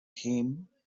hymn